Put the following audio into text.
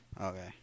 Okay